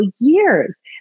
years